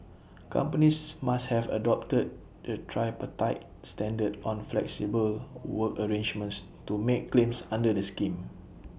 companies must have adopted the tripartite standard on flexible work arrangements to make claims under the scheme